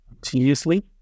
continuously